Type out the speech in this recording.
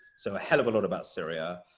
so a hell of a lot about syria.